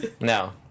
No